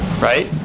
right